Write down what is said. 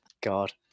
God